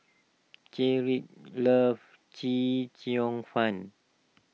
Cedrick loves Chee Cheong Fun